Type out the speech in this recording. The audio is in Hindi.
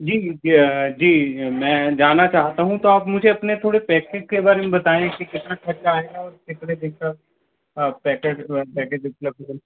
जी जी मैं जाना चाहता हूँ तो आप मुझे अपने थोड़े पैकेट के बारे में बताएं कि कितना ख़र्चा आएगा और कितने दिन का पैकेट पैकेज उपलब्ध हैं